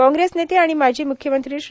काँग्रेस नेते आणि माजी मुख्यमंत्री श्री